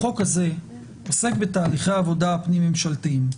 החוק הזה עוסק בתהליכי עבודה פנים ממשלתיים.